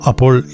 Apol